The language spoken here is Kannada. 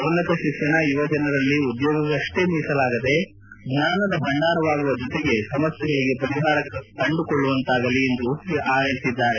ಉನ್ನತ ಶಿಕ್ಷಣ ಯುವಜನರಲ್ಲಿ ಉದ್ಯೋಗಕ್ಕಷ್ಟೇ ಮೀಸಲಾಗದೆ ಜ್ಞಾನದ ಭಂಡಾರವಾಗುವ ಜೊತೆಗೆ ಸಮಸ್ಯೆಗಳಿಗೆ ಪರಿಹಾರ ಕಂಡುಕೊಳ್ಳುವಂತಾಗಲಿ ಎಂದು ಹೇಳಿದ್ದಾರೆ